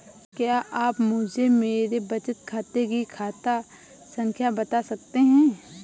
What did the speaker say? क्या आप मुझे मेरे बचत खाते की खाता संख्या बता सकते हैं?